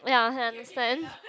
ya I understand